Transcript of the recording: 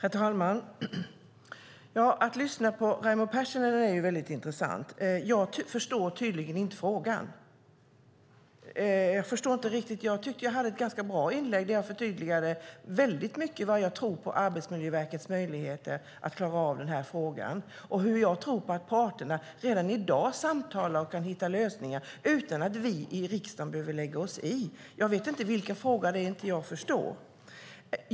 Herr talman! Att lyssna på Raimo Pärssinen är väldigt intressant. Jag förstår tydligen inte frågan. Jag tyckte att jag gjorde ett ganska bra inlägg där jag förtydligade väldigt mycket vad jag tror om Arbetsmiljöverkets möjligheter att klara av den här frågan och att jag tror på att parterna redan i dag samtalar och kan hitta lösningar utan att vi i riksdagen behöver lägga oss i. Jag vet inte vilken fråga det är jag inte förstår.